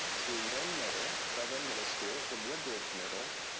to lynn middle, fred lynn middle school, from woodbridge middle,